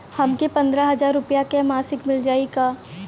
हमके पन्द्रह हजार रूपया क मासिक मिल जाई का?